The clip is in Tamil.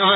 ஆர்